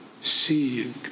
see